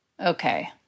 okay